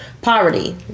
poverty